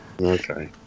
Okay